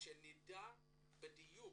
שנדע בדיוק,